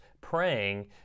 praying